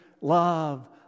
love